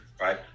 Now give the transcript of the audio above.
Right